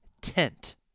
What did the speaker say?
tent